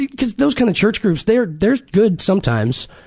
because those kind of church groups, there's there's good sometimes.